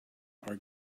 are